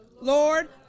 Lord